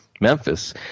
memphis